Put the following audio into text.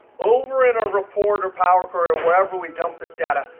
over in a report or power query or wherever we dump this data,